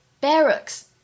barracks